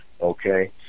okay